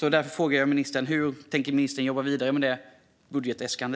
Därför frågar jag ministern: Hur tänker ministern jobba vidare med detta budgetäskande?